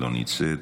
לא נמצאת,